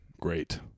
Great